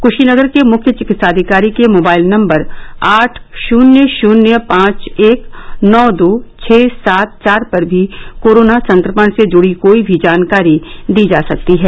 क्शीनगर के मुख्य चिकित्साधिकारी के मोबाईल नम्बर आठ शून्य शून्य पांव एक नौ दो छः सात चार पर भी कोरोना संक्रमण से जुड़ी कोई भी जानकारी दी जा सकती है